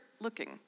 looking